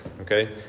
okay